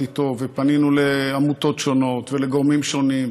איתו ופנינו לעמותות שונות ולגורמים שונים,